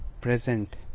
present